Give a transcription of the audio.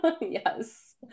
Yes